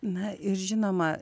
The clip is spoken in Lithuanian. na ir žinoma